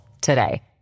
today